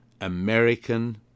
American